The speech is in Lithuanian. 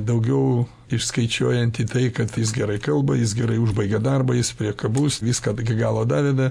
daugiau išskaičiuojant į tai kad jis gerai kalba jis gerai užbaigia darbą jis priekabus viską iki galo dadeda